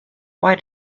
why